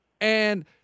And-